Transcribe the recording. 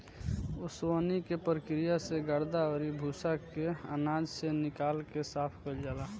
ओसवनी के प्रक्रिया से गर्दा अउरी भूसा के आनाज से निकाल के साफ कईल जाला